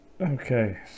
Okay